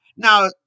Now